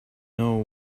know